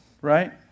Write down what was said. right